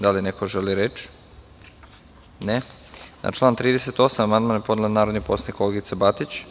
Da li neko želi reč? (Ne) Na član 38. amandman je podnela narodni poslanik Olgica Batić.